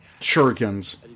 shurikens